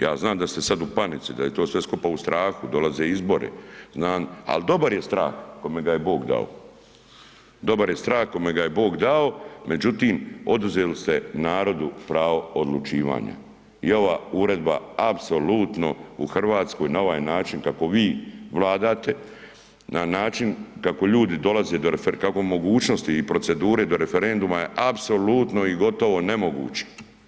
Ja znam da ste sada u panici, da je to sve skupa u strahu, dolaze izbori znan, al dobar je strah kome ga je Bog dao, dobar je strah kome ga je Bog dao, međutim oduzeli ste narodu pravo odlučivanja i ova uredba apsolutno u RH na ovaj način kako vi vladate, na način kako ljudi dolaze do refer, kako mogućnosti i procedure do referenduma je apsolutno i gotovo nemoguće.